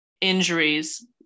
injuries